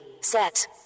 set